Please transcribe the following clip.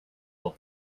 will